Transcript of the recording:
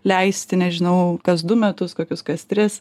leisti nežinau kas du metus kokius kas tris